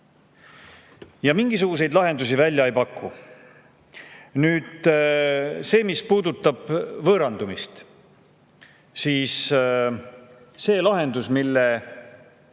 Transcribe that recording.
ja mingisuguseid lahendusi välja ei paku. Nüüd sellest, mis puudutab võõrandumist. See lahendus, mille